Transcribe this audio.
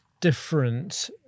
different